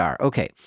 Okay